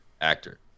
actor